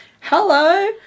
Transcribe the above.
hello